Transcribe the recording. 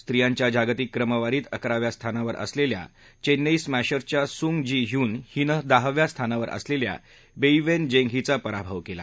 स्त्रियांच्या जागतिक क्रमवारीत अकराव्या स्थानावर असलेल्या चेन्नई स्मॅशर्सच्या सूंग जी झून हिनं दहाव्या स्थानावर असलेल्या बेईवेन जेंग हिचा पराभव केला